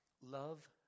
Love